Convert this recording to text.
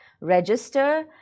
register